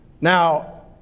Now